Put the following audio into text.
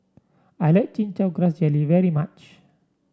I like Chin Chow Grass Jelly very much